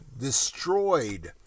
Destroyed